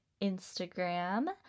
Instagram